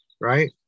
right